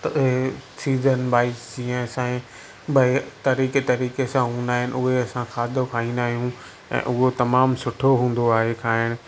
त ऐं सीज़न भई हीअं असांजे भई तरीक़े तरीक़े सां हूंदा आहिनि उहे असां खाधो खाईंदा आहियूं ऐं उहो तमामु सुठो हूंदो आहे खाइणु